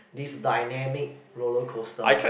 this dynamic roller coaster